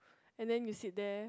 and then you sit there